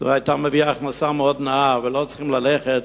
זה היה מביא הכנסה מאוד נאה, ולא צריכים ללכת